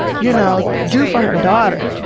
y'know, do for her daughter,